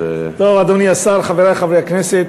אדוני השר, חברי חברי הכנסת,